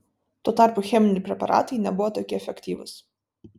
tuo tarpu cheminiai preparatai nebuvo tokie efektyvūs